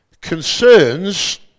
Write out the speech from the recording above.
concerns